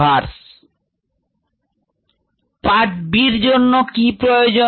part b এর জন্য কি প্রয়োজন